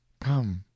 come